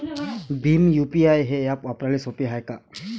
Bhim UPI हे app वापराले सोपे हाय का?